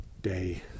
day